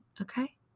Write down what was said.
Okay